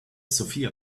sophia